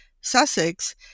Sussex